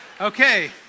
Okay